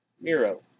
Miro